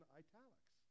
italics